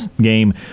game